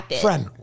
Friend